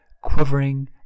quivering